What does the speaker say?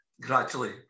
gradually